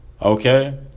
Okay